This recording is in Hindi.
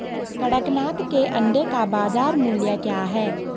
कड़कनाथ के अंडे का बाज़ार मूल्य क्या है?